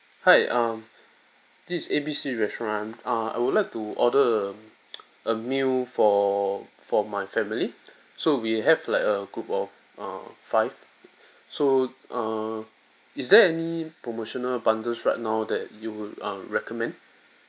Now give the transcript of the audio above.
hi um this is ABC restaurant uh I would like to order a meal for for my family so we have like a group of err five so err is there any promotional bundles right now that you would err recommend